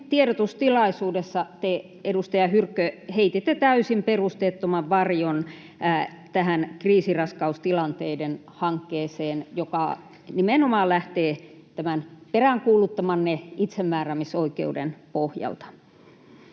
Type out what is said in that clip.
tiedotustilaisuudessa te, edustaja Hyrkkö, heititte täysin perusteettoman varjon tähän kriisiraskaustilanteiden hankkeeseen, joka nimenomaan lähtee tämän peräänkuuluttamanne itsemääräämisoikeuden pohjalta.